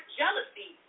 jealousy